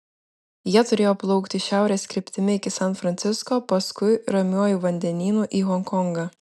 jie turėjo plaukti šiaurės kryptimi iki san francisko paskui ramiuoju vandenynu į honkongą